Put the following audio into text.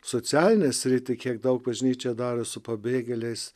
socialinę sritį kiek daug bažnyčia daro su pabėgėliais